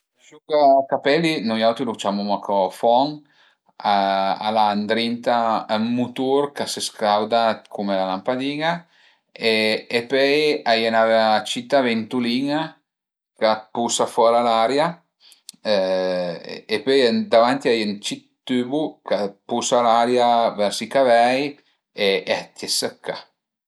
L'asciugacapelli nui auti lu ciamuma co fon, al a ëndrinta ün mutur ch'a së scauda cume la lampadin-a e pöi a ie 'na cita ventülin-a ch'a pusa fora l'aria e pöi davanti a ie ën cit tübu ch'a pusa l'aria vers i cavei e a t'ie sëcca